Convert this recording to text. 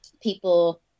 people